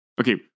Okay